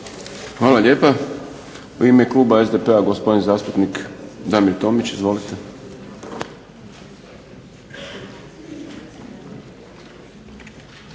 Hvala lijepa. U ime kluba SDP-a gospodin zastupnik Damir Tomić, izvolite.